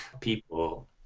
people